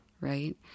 Right